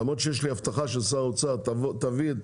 למרות שיש לי הבטחה של שר האוצר תביא את